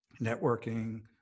networking